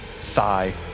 thigh